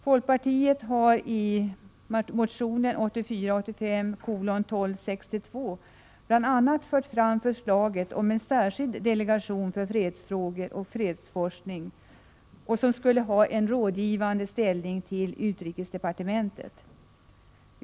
Folkpartiet har i motion 1984/85:1262 bl.a. fört fram förslaget om en särskild delegation för fredsfrågor och fredsforskning med en i förhållande till utrikesdepartementet rådgivande ställning.